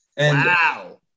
Wow